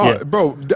Bro